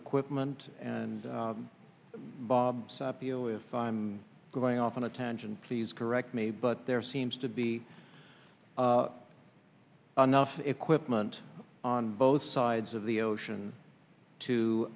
equipment and bob so i feel if i'm going off on a tangent please correct me but there seems to be enough equipment on both sides of the ocean to